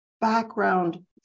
background